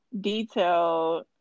detailed